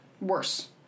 Worse